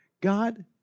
God